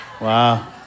Wow